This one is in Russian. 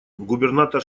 губернатор